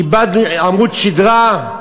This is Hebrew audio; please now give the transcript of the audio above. איבדנו את עמוד השדרה?